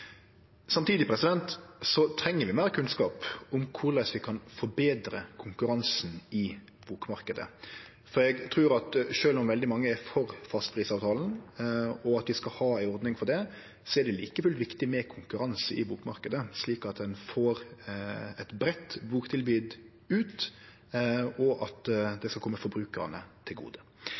Samtidig treng vi meir kunnskap om korleis vi kan forbetre konkurransen i bokmarknaden. For sjølv om veldig mange er for fastprisavtalen og at vi skal ha ei ordning for det, er det like fullt viktig med konkurranse i bokmarknaden, slik at ein får eit breitt boktilbod ut, og at det skal kome forbrukarane til gode.